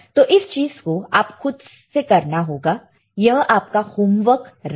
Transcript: तो इस चीज को आप को खुद से करना होगा यह आप का होमवर्क रहेगा